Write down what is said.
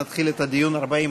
ונחזור בשעה שתגיד.